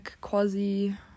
quasi